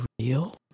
real